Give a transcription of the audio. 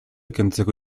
kentzeko